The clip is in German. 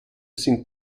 sind